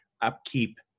upkeep